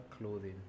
clothing